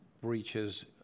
breaches